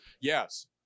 Yes